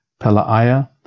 Pela'iah